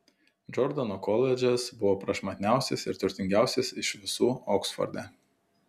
džordano koledžas buvo prašmatniausias ir turtingiausias iš visų oksforde